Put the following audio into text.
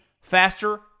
faster